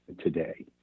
today